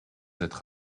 être